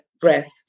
breath